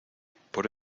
por